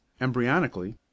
embryonically